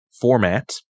format